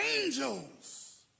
angels